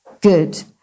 good